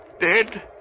dead